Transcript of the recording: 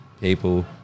people